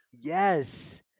Yes